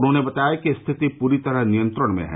उन्होंने बताया कि स्थिति पूरी तरह नियंत्रण में है